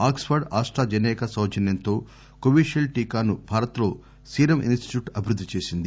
aux Ford AstraZeneca సౌజన్యంతో Covishield టీకాను భారత్లో సీరం ఇన్స్టిట్యూట్ అభివృద్ది చేసింది